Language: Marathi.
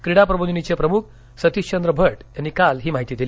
क्रीडा प्रबोधनीचे प्रमुख सतीशचंद्र भट यांनी काल ही माहिती दिली